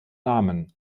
namen